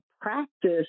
practice